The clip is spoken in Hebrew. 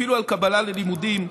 אפילו על קבלה ללימודים.